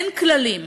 אין כללים.